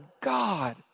God